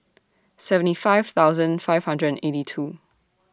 seventy five thousand five hundred and eighty two